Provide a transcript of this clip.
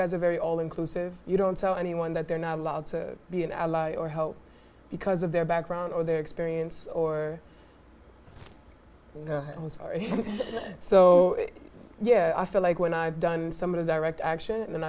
guys are very all inclusive you don't tell anyone that they're not allowed to be an ally or help because of their background or their experience or so yeah i feel like when i've done some of the direct action and